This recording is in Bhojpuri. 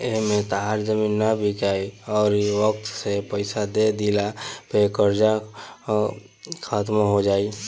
एमें तहार जमीनो ना बिकाइ अउरी वक्त से पइसा दे दिला पे कर्जा खात्मो हो जाई